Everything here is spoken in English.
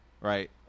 right